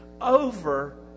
over